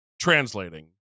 translating